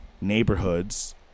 neighborhoods